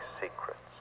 secrets